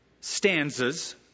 stanzas